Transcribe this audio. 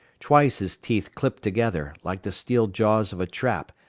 twice his teeth clipped together, like the steel jaws of a trap,